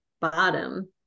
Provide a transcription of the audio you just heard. bottom